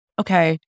okay